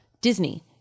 Disney